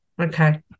Okay